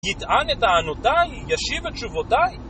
יטען את טענותן? ישיב את תשובותן?